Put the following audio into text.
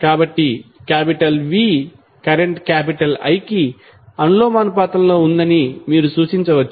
కాబట్టి V current I కి అనులోమానుపాతంలో ఉందని మీరు సూచించవచ్చు